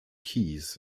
keys